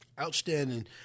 Outstanding